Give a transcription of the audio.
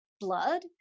blood